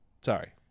Sorry